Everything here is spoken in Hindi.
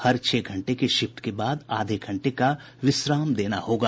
हर छह घंटे के शिफ्ट के बाद आधे घंटे का विश्राम देना होगा